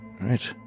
right